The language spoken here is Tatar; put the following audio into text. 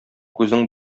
күзең